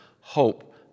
hope